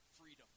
freedom